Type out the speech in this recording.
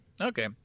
okay